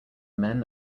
men